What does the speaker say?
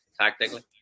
tactically